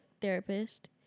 therapist